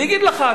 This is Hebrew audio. אני אגיד לך,